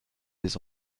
des